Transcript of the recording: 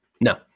No